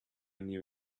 knew